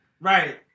Right